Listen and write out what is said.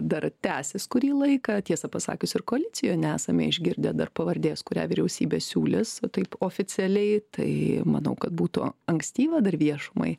dar tęsis kurį laiką tiesą pasakius ir koalicijoje nesame išgirdę dar pavardės kurią vyriausybė siūlys taip oficialiai tai manau kad būtų ankstyva dar viešumai